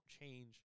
change